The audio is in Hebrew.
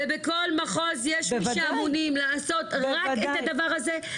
ובכל מחוז יש מי שאמונים לעשות רק את הדבר הזה?